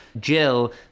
Jill